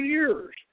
years